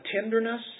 tenderness